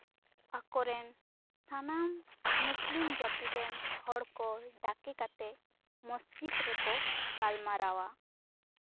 ᱟᱠᱚᱨᱮᱱ ᱥᱟᱱᱟᱢ ᱢᱩᱥᱞᱤᱢ ᱡᱟᱹᱛᱤ ᱨᱮᱱ ᱦᱚᱲ ᱠᱚ ᱰᱟᱠᱮ ᱠᱟᱛᱮᱜ ᱢᱚᱥᱡᱤᱫ ᱨᱮᱠᱚ ᱜᱟᱞᱢᱟᱨᱟᱣᱟ